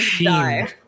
die